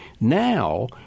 now